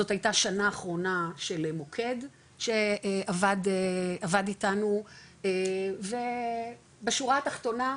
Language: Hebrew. זאת הייתה שנה אחרונה של מוקד שעבד איתנו ובשורה התחתונה,